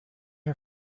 her